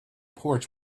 porch